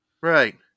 Right